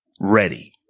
ready